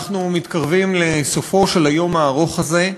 אנחנו מתקרבים לסופו של היום הארוך הזה,